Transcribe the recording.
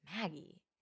Maggie